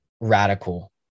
radical